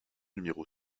numéro